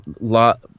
lot